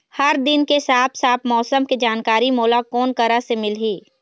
हर दिन के साफ साफ मौसम के जानकारी मोला कोन करा से मिलही?